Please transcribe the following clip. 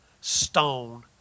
stone